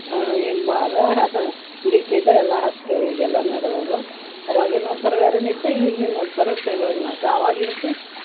ಇಮ್ ಬಾರಾ ಲಿಕ್ವಿಡ್ಡ ಎಲ್ಲ ಹಸ್ತೇವೆ ಈಗೆಲ್ಲ ನಡ್ದದು ಅವಾಗೇನು ಒಂಥರ ಬ್ಯಾರೆನೇ ಇತ್ತು ಈಗಿಂದ ಒಂಥರ ಚಲೋನ ಆತು ಆವಾಗಿನ್ಕ